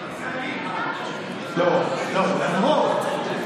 לא, למרות.